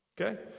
okay